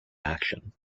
action